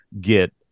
get